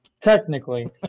technically